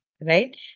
right